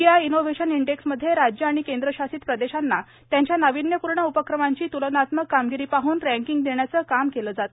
India innovation इंडेक्समध्ये राज्य आणि केंद्रशासित प्रदेशांना त्यांच्या नाविन्यपूर्ण उपक्रमांची त्लनात्मक कामगिरी पाहन रँकिंग देण्याचे काम केले जाते